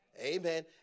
Amen